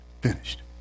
finished